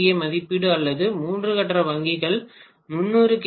ஏ மதிப்பீடு அல்லது மூன்று கட்ட வங்கிகள் 300 கி